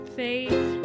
faith